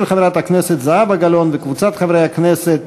של חברת הכנסת זהבה גלאון וקבוצת חברי הכנסת,